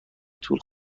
طول